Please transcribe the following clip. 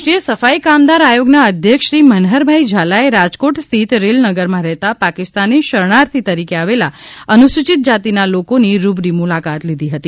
રાષ્ટ્રીય સફાઈ કામદાર આયોગના અધ્યક્ષ શ્રી મનહરભાઈ ઝાલાએ રાજકોટ સ્થિત રેલનગરમાં રહેતા પાકિસ્તાની શરણાર્થી તરીકે આવેલા અનુસૂચિત જાતિના લોકોની રૂબરૂ મુલાકાત લીધી હતી